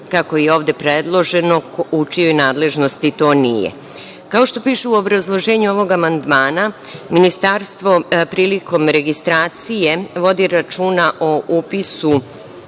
kako je ovde predloženo, u čijoj nadležnosti to nije. Kao što piše u obrazloženju ovog amandmana, ministarstvo prilikom registracije vodi računa o upisu